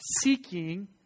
Seeking